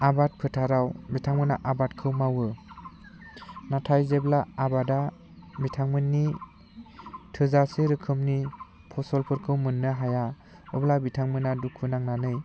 आबाद फोथाराव बिथांमोना आबादखौ मावो नाथाय जेब्ला आबादा बिथांमोननि थोजासे रोखोमनि फसलफोरखौ मोननो हाया अब्ला बिथांमोना दुखु नांनानै